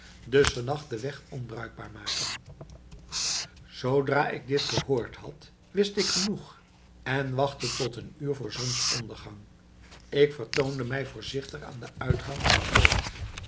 dus vannacht den weg onbruikbaar maken zoodra ik dit gehoord had wist ik genoeg en wachtte tot een uur voor zonsondergang ik vertoonde mij voorzichtig aan den uitgang in den boom